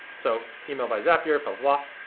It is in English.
so email by zapier but blah,